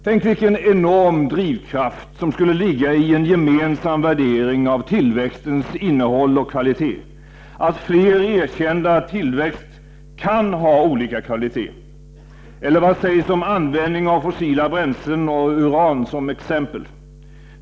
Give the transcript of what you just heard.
Tänk vilken enorm drivkraft som skulle ligga i en gemensam värdering av tillväxtens innehåll och kvalitet? Att fler erkände att tillväxt kan ha olika kvalitet. Eller vad sägs om användning av fossila bränslen och uran som exempel?